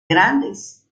grandes